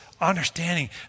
understanding